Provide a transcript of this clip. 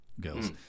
girls